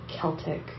Celtic